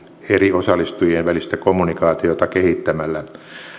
eri osallistujien välistä kommunikaatiota kehittämällä